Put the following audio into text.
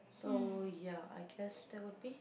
so ya I guess that would be